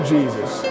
Jesus